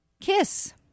Kiss